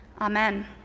Amen